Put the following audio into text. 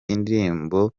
indirimbo